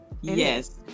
Yes